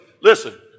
listen